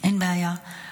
אין בעיה.